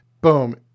Boom